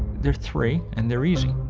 there are three, and they're easy.